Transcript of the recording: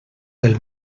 del